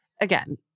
again